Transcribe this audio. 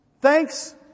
thanks